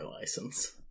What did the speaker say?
license